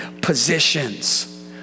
positions